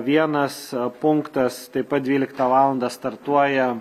vienas punktas taip pat dvyliktą valandą startuoja